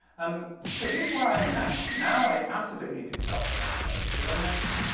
um so, here's where i am now. now, i absolutely do self-identify as a journalist,